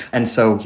and so, you